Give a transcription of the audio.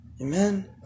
Amen